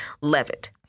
Levitt